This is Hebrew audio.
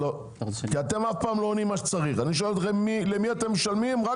למי אתם משלמים?